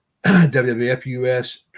WWF-US